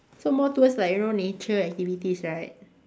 so more towards like you know nature activities right